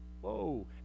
Whoa